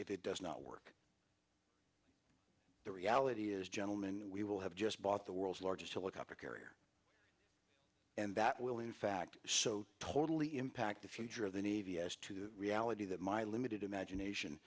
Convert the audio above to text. it does not work the reality is gentlemen we will have just bought the world's largest helicopter carrier and that will in fact so totally impact the future of the navy as to the reality that my limited imagination